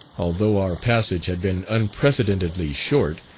although our passage had been unprecedentedly short,